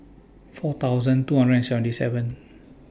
four thousand two hundred and seventy seven